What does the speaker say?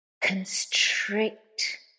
constrict